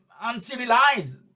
uncivilized